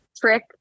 trick